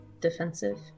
defensive